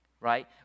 Right